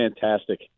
fantastic